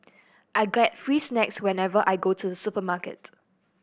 I get free snacks whenever I go to supermarket